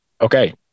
okay